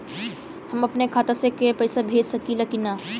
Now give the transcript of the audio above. हम अपने खाता से कोई के पैसा भेज सकी ला की ना?